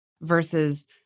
versus